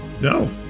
No